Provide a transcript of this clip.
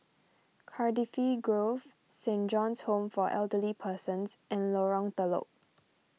Cardifi Grove Saint John's Home for Elderly Persons and Lorong Telok